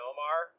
Omar